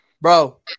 bro